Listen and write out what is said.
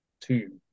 two